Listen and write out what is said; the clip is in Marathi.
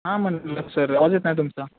हां म्हणलं सर आवाज येत नाही तुमचा